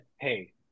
Hey